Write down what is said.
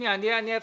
אני אאפשר,